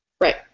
Right